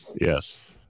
Yes